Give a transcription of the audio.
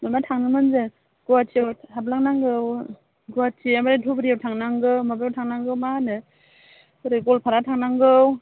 माबा थांगौमोन जों गुवाहाटीआव हाबलांनांगौ गुवाहाटी ओमफ्राय धुब्रिआव थांनांगौ माबायाव थांनांगौ मा होनो हरै गवालपारा थांनांगौ